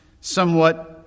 somewhat